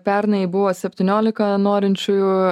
pernai buvo septyniolika norinčiųjų